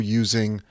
using